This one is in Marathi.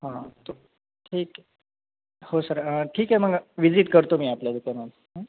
हां तो ठीक आहे हो सर ठीक आहे मग व्हिजीट करतो मी आपल्या दुकानाला हं